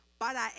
Para